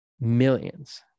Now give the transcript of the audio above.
millions